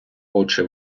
очи